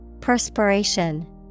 Perspiration